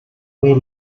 way